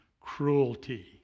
cruelty